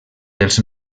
dels